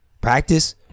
practice